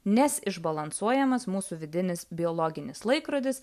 nes išbalansuojamas mūsų vidinis biologinis laikrodis